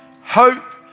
hope